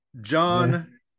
John